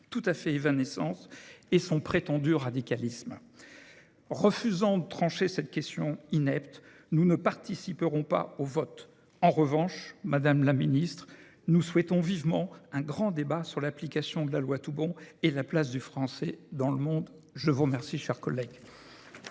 tout à fait évanescente, et son prétendu radicalisme. Refusant de trancher cette question inepte, nous ne participerons pas au vote. En revanche, madame la ministre, nous souhaitons vivement la tenue d’un grand débat sur l’application de la loi Toubon et sur la place du français dans le monde. Très bien ! La parole est